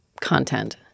content